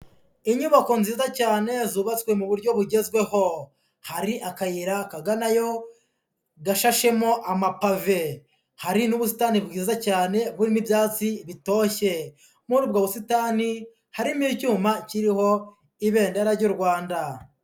Inyubako nziza cyane zubatswe mu buryo bugezweho, hari akayira kaganayo gashashemo amapave, hari n'ubusitani bwiza cyane burimo ibyatsi bitoshye, muri ubwo busitani harimo icyuma kiriho ibendera ry'u Rwanda.